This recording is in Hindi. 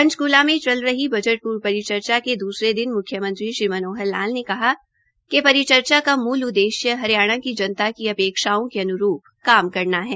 पंचकूला में चलरही बजट पूर्व परिचर्चा के दूसरे दिन म्ख्यमंत्री श्री मनोहर लाल ने कहा कि परिचर्चा का मूल उद्देश्य हरियाणा की जनता की अपेक्षाओं के अन्रूप काम करना है